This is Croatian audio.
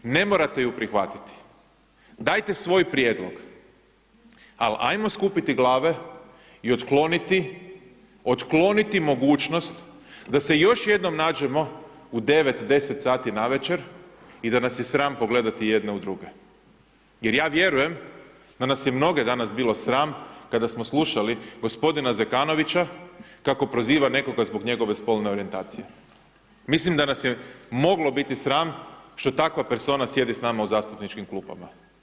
Ne morate ju prihvatiti, dajte svoj prijedlog, al, ajmo skupiti glave i otkloniti, otkloniti mogućnost da se još jednom nađemo u 9, 10 sati navečer i da nas je sram pogledati jedne u druge jer ja vjerujem da nas je mnoge danas bilo sram kada smo slušali g. Zekanovića kako proziva nekoga zbog njegove spolne orijentacije, mislim da nas je moglo biti sram, što takva persona sjedi s nama u zastupničkim klupama.